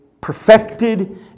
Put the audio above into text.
perfected